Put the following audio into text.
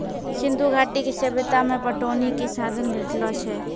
सिंधु घाटी के सभ्यता मे पटौनी के साधन भेटलो छै